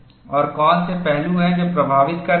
और कौन से पहलू हैं जो प्रभावित करते हैं